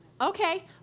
Okay